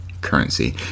currency